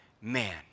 man